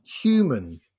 human